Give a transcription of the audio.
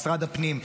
משרד הפנים,